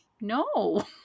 No